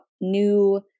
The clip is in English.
new